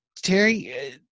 terry